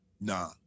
Nah